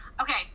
Okay